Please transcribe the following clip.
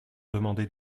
demander